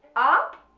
up,